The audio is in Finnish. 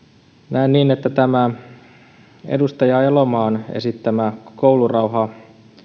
näen niin että tämä edustaja elomaan esittämä koulurauha